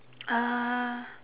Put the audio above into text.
uh